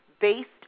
based